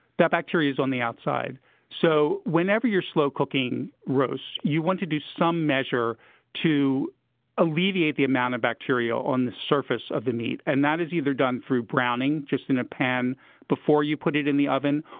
that bacteria is on the outside so whenever you're slow-cooking roasts, you want to do some measure to alleviate the amount of bacteria on the surface of the meat. and that is either done through browning, just in a pan before you put it in the oven,